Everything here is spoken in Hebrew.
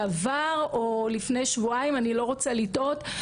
אני רק רוצה לציין מהידע וההבנה שלי,